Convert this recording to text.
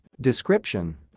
Description